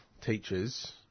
teachers